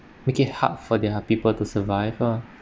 make it hard for their people to survive ah